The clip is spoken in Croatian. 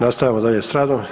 Nastavljamo dalje s radom.